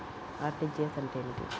RTGS అంటే ఏమిటి?